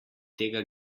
tega